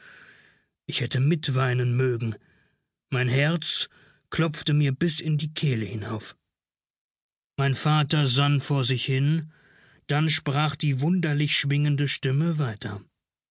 ich hätte mitweinen mögen mein herz klopfte mir bis in die kehle hinauf mein vater sann vor sich hin dann sprach die wunderlich schwingende stimme weiter